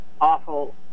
awful